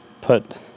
put